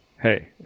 hey